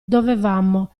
dovevamo